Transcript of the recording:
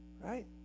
right